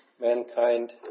mankind